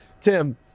Tim